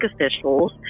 officials